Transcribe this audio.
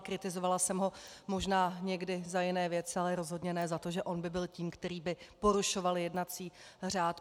Kritizovala jsem ho možná někdy za jiné věci, ale rozhodně ne za to, že on by byl tím, který by porušoval jednací řád.